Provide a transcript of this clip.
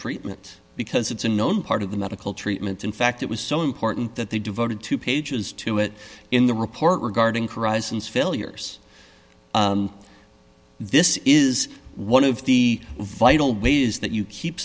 treatment because it's a known part of the medical treatment in fact it was so important that they devoted two pages to it in the report regarding cries and failures this is one of the vital wait is that you keep